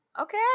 Okay